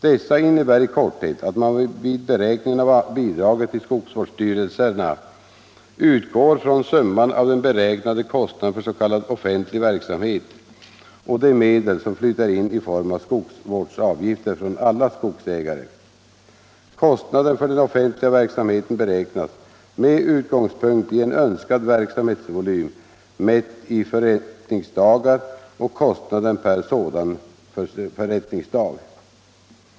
Dessa innebär i korthet att man vid beräkningen av bidraget till skogsvårdsstyrelserna utgår från summan av den beräknade kostnaden för s.k. offentlig verksamhet och de medel som flyter in i form av skogsvårdsavgifter från alla skogsägare. Kostnaden för den offentliga verksamheten beräknas med utgångspunkt i en önskad verksamhetsvolym mätt i förrättningsdagar och kostnaden per sådan förrättningsdag.